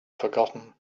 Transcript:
forgotten